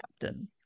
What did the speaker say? captain